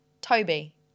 Toby